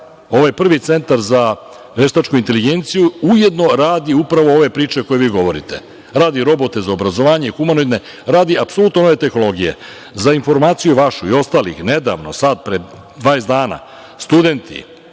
ovaj prvi centar za veštačku inteligenciju ujedno radi upravo ove priče o kojima vi govorite. Radi robote za obrazovanje, humanoidne, radi apsolutno nove tehnologije.Za informaciju vašu i ostalih nedavno, sada pre 20 dana studenti